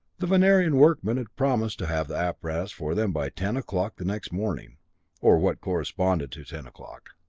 the venerian workmen had promised to have the apparatus for them by ten o'clock the next morning or what corresponded to ten o'clock.